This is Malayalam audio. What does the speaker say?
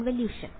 കൺവല്യൂഷൻ